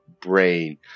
brain